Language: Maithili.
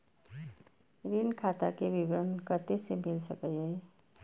ऋण खाता के विवरण कते से मिल सकै ये?